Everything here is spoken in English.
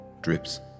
drips